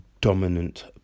dominant